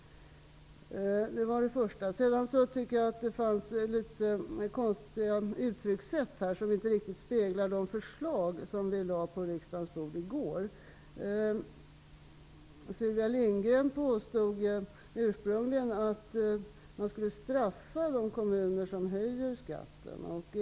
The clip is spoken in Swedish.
Det förekom litet konstiga uttryckssätt, som inte riktigt speglar de förslag som vi i går lade på riksdagens bord. Sylvia Lindgren påstod ursprungligen att de kommuner som höjer skatten skulle straffas.